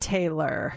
Taylor